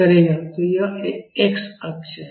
तो यह x अक्ष है